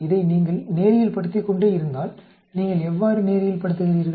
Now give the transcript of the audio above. இதை நீங்கள் நேரியல்படுத்திக்கொண்டே இருந்தால் நீங்கள் எவ்வாறு நேரியல்படுத்துகிறீர்கள்